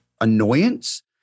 annoyance